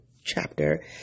chapter